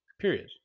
period